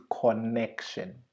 connection